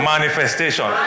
Manifestation